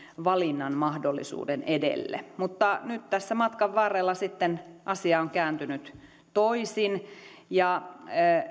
valinnanmahdollisuuden edelle mutta nyt tässä matkan varrella asia on sitten kääntynyt toisin ja